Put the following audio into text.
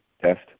test